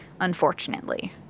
unfortunately